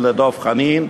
ולדב חנין,